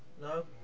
No